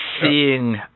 seeing